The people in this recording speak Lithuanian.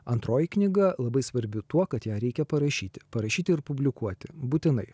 antroji knyga labai svarbi tuo kad ją reikia parašyti parašyti ir publikuoti būtinai